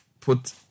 put